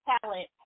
talent